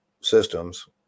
systems